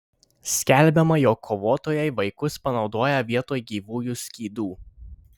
skelbiama jog kovotojai vaikus panaudoja vietoj gyvųjų skydų